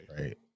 Right